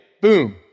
boom